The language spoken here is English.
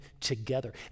together